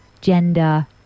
gender